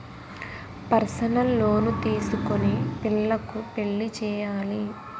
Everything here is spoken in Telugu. పర్సనల్ లోను తీసుకొని పిల్లకు పెళ్లి చేయాలి